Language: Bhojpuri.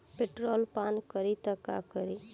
पेट्रोल पान करी त का करी?